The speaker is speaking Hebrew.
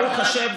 ברוך השם,